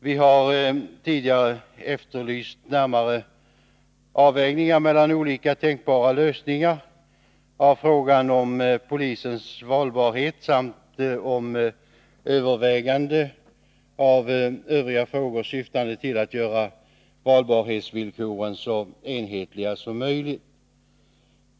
Vi har tidigare efterlyst närmare avvägningar mellan olika tänkbara lösningar av frågan om polismans valbarhet samt begärt överväganden av övriga frågor, syftande till att göra valbarhetsvillkoren så enhetliga som möjligt.